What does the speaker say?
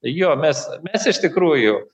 jo mes mes iš tikrųjų